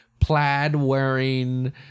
plaid-wearing